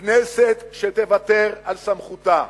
כנסת שתוותר על סמכותה,